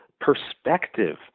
perspective